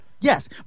Yes